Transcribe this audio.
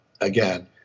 again